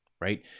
right